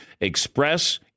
Express